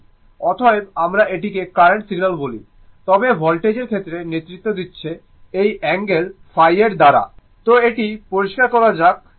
অতএব আমরা এটিকে কারেন্ট সিগন্যাল বলি তবে ভোল্টেজের ক্ষেত্রে নেতৃত্ব দিচ্ছে এই অ্যাঙ্গেল ϕ এর দ্বারা দুঃখিত দুঃখিত এটি পরিষ্কার করা যাক